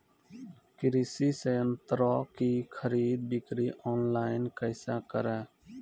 कृषि संयंत्रों की खरीद बिक्री ऑनलाइन कैसे करे?